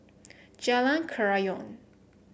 Jalan Kerayong